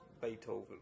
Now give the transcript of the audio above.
Beethoven